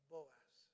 Boaz